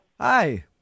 hi